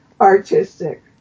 artistic